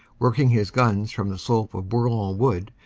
working his guns from the slope of bourlon wood,